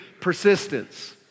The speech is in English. persistence